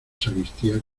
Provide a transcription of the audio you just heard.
sacristía